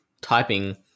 typing